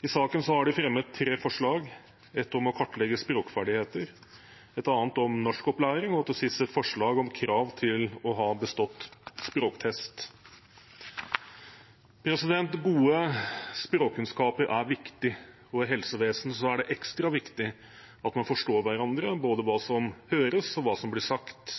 I saken har de fremmet tre forslag, ett om å kartlegge språkferdigheter, et annet om norskopplæring og til sist et forslag om krav til å ha bestått språktest. Gode språkkunnskaper er viktig. I helsevesenet er det ekstra viktig at man forstår hverandre, både hva som høres, og hva som blir sagt.